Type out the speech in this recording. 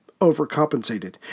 overcompensated